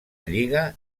lliga